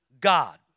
God